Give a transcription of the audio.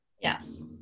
Yes